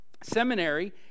seminary